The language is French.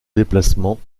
déplacement